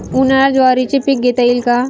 उन्हाळ्यात ज्वारीचे पीक घेता येईल का?